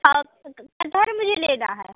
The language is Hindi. मुझे लेना है